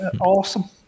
awesome